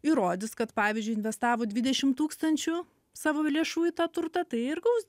įrodys kad pavyzdžiui investavo dvidešim tūkstančių savo lėšų į tą turtą tai ir gaus